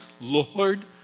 Lord